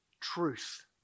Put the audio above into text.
truth